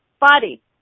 Body